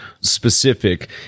specific